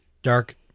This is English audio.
dark